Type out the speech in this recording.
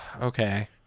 okay